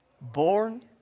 Born